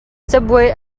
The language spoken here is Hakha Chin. cabuai